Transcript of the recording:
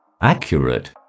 accurate